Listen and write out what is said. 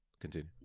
Continue